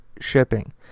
shipping